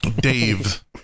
Dave